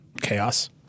chaos